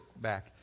back